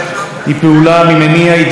כדי לפגוע במדינת ישראל,